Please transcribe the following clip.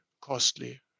costly